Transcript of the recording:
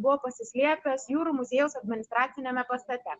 buvo pasislėpęs jūrų muziejaus administraciniame pastate